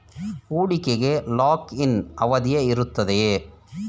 ಹೂಡಿಕೆಗೆ lock in ಅವಧಿ ಇರುತ್ತದೆಯೇ?